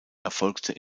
erfolgte